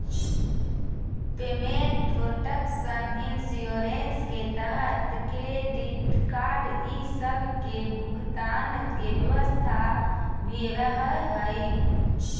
payment protection insurance के तहत credit card इ सब के भुगतान के व्यवस्था भी रहऽ हई